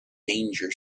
danger